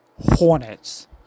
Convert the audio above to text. Hornets